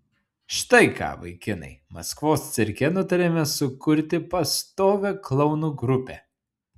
štai ką vaikinai maskvos cirke nutarėme sukurti pastovią klounų grupę